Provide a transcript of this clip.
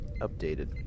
updated